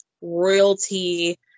royalty